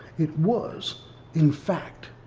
it was in fact.